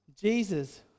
Jesus